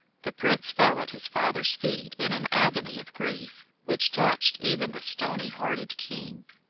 the prince fell at his father's feet in an agony of grief, which touched even the stony-hearted king.